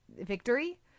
victory